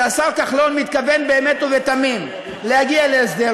שהשר כחלון מתכוון באמת ובתמים להגיע להסדר,